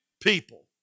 people